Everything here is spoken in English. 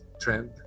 trend